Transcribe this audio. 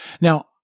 Now